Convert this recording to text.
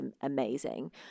amazing